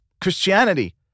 Christianity